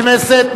מזכירת הכנסת,